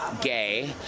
gay